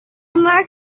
emerald